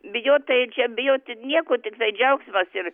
bijot tai čia bijot ir nieko tiktai džiaugsmas ir